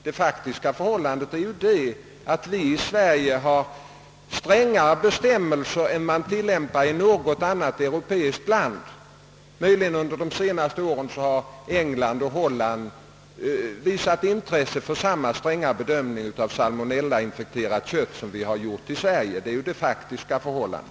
Det faktiska förhållandet är att vi i Sverige har strängare bestämmelser än man tillämpar i något annat europeiskt land; möjligen har England och Holland under de senaste åren visat intresse för samma stränga bedömning av salmonellainfekterat kött som vi har gjort i Sverige.